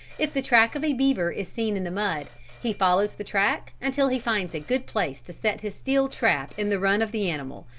if the track of a beaver is seen in the mud, he follows the track until he finds a good place to set his steel trap in the run of the animal,